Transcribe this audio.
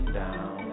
down